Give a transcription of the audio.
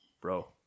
bro